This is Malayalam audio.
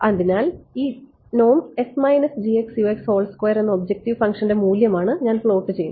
അതിനാൽ ഈ എന്ന ഒബ്ജക്ടീവ് ഫംഗ്ഷന്റെ മൂല്യമാണ് ഞാൻ പ്ലോട്ട് ചെയ്യുന്നത്